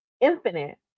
infinite